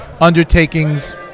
undertakings